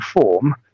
form